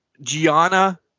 Gianna